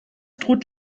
droht